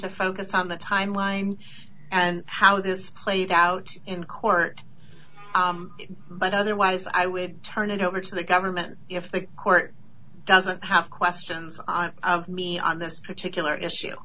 to focus on the timeline and how this played out in court but otherwise i would turn it over to the government if the court doesn't have questions on me on this particular issue